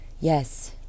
Yes